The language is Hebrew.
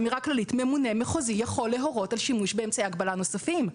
ממונה מחוזי יכול להורות על שימוש באמצעי הגבלה נוספים.